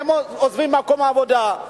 הם עוזבים מקום עבודה,